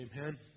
Amen